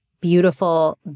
beautiful